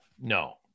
No